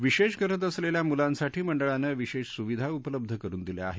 विशेष गरज असलेल्या मुलांसाठी मंडळानं विशेष सुविधा उपलब्ध करुन दिल्या आहेत